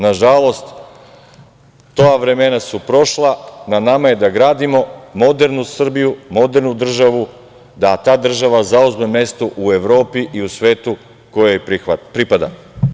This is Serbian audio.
Nažalost, ta vremena su prošla, na nama je da gradimo modernu Srbiju, modernu državu, da ta država zauzme mesto u Evropi i u svetu koje joj pripada.